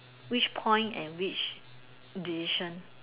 which point and which decision